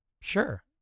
Sure